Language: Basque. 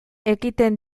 ekiten